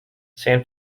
san